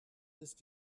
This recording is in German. ist